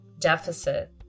deficit